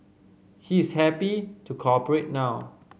he is happy to cooperate now